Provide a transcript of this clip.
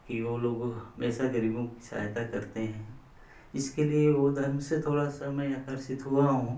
कि वो लोग हमेशा गरीबों की सहायता करते हैं इसके लिये वो धर्म से थोड़ा मैं आकर्षित हुआ हूँ